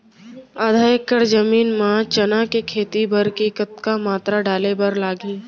आधा एकड़ जमीन मा चना के खेती बर के कतका मात्रा डाले बर लागही?